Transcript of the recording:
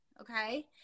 okay